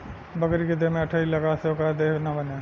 बकरी के देह में अठइ लगला से ओकर देह ना बने